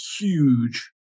huge